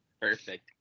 Perfect